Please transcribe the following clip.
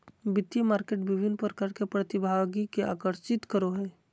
वित्तीय मार्केट विभिन्न प्रकार के प्रतिभागि के आकर्षित करो हइ